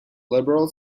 liberal